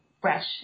fresh